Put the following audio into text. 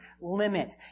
limit